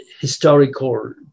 historical